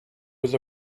was